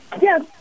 Yes